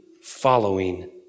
following